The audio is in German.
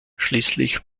schließlich